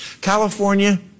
California